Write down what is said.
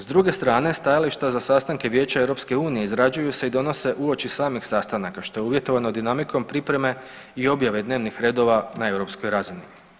S druge strane stajališta za sastanke Vijeća Europske unije izrađuju se i donose uoči samih sastanaka što je uvjetovano dinamikom pripreme i objave dnevnih redova na europskoj razini.